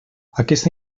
aquesta